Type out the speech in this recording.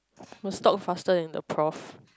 must stop faster in the prof